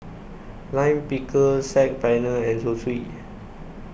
Lime Pickle Saag Paneer and Zosui